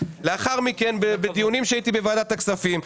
לאחר מכן בדיונים שהייתי בוועדת הכספים,